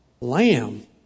Lamb